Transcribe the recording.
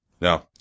No